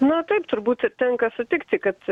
na taip turbūt ir tenka sutikti kad